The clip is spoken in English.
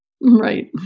Right